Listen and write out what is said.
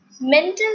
mental